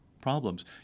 problems